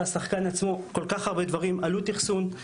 השחקן עצמו כל כך הרבה דברים: עלות אחסון,